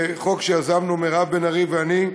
בחוק שיזמנו מירב בן ארי ואני,